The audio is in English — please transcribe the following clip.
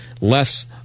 less